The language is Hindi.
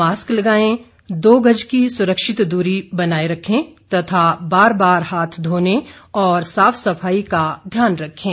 मास्क लगायें दो गज की सुरक्षित दूरी बनाये रखें तथा बार बार हाथ धोने और साफ सफाई का ध्यान रखें